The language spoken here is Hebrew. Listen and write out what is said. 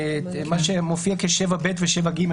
מה שמופיע כ-7ב ו-7ג,